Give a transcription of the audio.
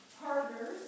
partners